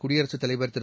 குடியரசுத் தலைவர் திரு